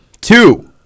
Two –